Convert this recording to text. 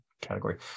category